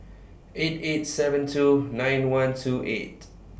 eight eight seven two nine one two eight